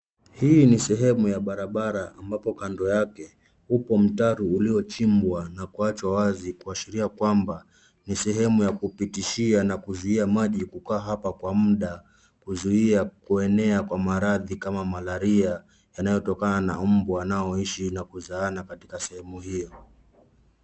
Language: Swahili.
Hii ni sehemu ya barabara ambapo kando yake huku mtaro uliochimbwa na kuachwa wazi kuashiria kwamba ni sehemu ya kupitishia na kuzuia maji kukaa hapa kwa muda kuzuia kuenea kwa maradhi kama malaria yanao tokana na mbu wanaoishi na kuzaana katika sehemu hio.